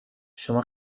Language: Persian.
شما